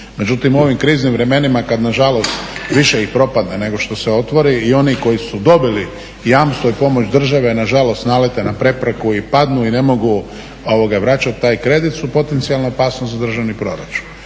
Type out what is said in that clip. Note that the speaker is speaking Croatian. međutim u ovim kriznim vremenima kada ih nažalost više propadne nego što se otvori i oni koji su dobili jamstvo i pomoć države nažalost nalete na prepreku i padnu i ne mogu vraćati taj kredit su potencijalna opasnost za državni proračun.